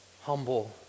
humble